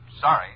Sorry